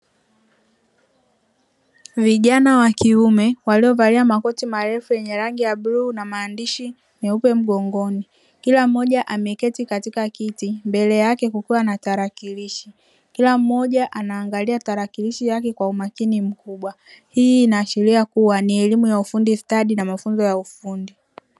Vijana wakiume walio valia makoti marefu yenye rangi ya blue na maandishi meupe mgongoni, kila mmoja ameketi katika kiti mbele yake kukiwa na tarakilishi kila mmoja anaangalia tarakilishi yake kwa umakini mkubwa hii inaashiria kuwa ni elimua ya ufundi stadi na mafunzo ya ufundi.